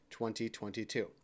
2022